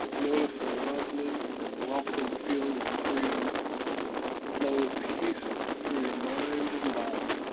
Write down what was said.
notice a lovely and welcome feeling of freedom flow peacefully through your mind and body.